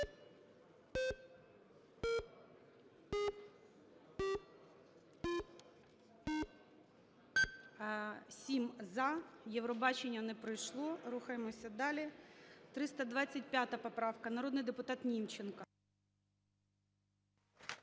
За-7 Євробачення не пройшло. Рухаємося далі. 325 поправка, народний депутат Німченко.